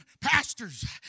pastors